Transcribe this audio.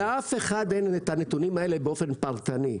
לאף אחד אין הנתונים האלה באופן פרטני,